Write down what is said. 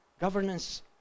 governance